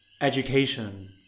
education